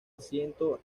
asiento